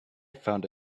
found